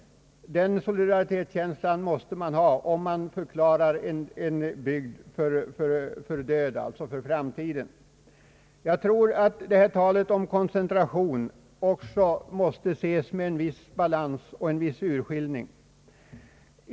Den solidariteten måste man visa, om en bygd förklaras död för framtiden. Jag tror att talet om koncentration måste åhöras med en viss urskiljning.